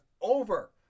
over